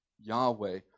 Yahweh